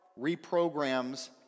reprograms